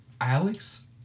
Alex